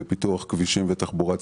לפיתוח כבישים ותחבורה ציבורית: